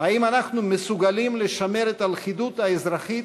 האם אנחנו מסוגלים לשמר את הלכידות האזרחית